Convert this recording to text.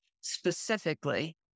specifically